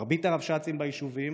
מרבית הרבש"צים ביישובים